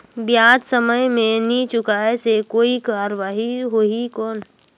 ब्याज समय मे नी चुकाय से कोई कार्रवाही होही कौन?